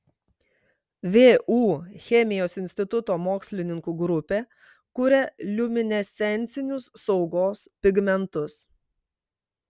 vu chemijos instituto mokslininkų grupė kuria liuminescencinius saugos pigmentus